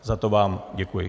Za to vám děkuji.